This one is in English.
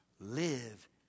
live